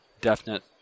definite